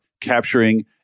capturing